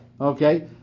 okay